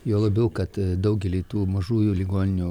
juo labiau kad daugelį tų mažųjų ligonių